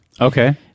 Okay